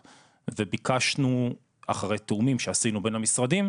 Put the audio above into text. וביקשנו אחרי תיאומים שעשינו בין המשרדים,